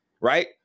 right